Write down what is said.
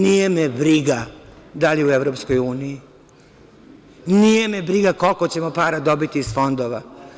Nije me briga da li je u EU, nije me briga koliko ćemo para dobiti iz fondova.